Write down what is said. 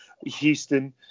Houston